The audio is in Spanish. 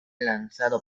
lanzado